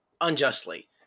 unjustly